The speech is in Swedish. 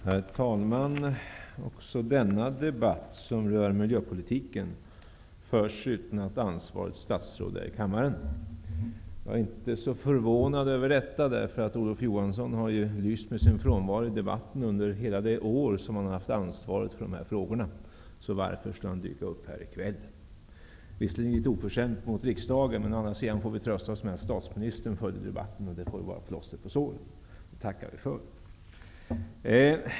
Herr talman! Också denna debatt, som rör miljöpolitiken, förs utan att ansvarigt statsråd är i kammaren. Jag är inte så förvånad över detta, därför att Olof Johansson har ju lyst med sin frånvaro i debatten under hela det år som han har haft ansvaret för miljöfrågorna. Så varför skulle han dyka upp här i kväll? Det är visserligen litet oförskämt mot riksdagen att han uteblir, men å andra sidan får vi trösta oss med att statsministern följt debatten. Det får väl vara plåster på såren, och det tackar vi för.